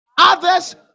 others